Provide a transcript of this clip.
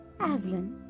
Aslan